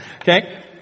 Okay